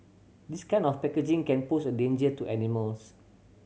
this kind of packaging can pose a danger to animals